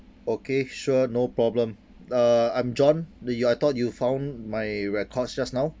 okay sure no problem uh I'm john the uh I thought you found my records just now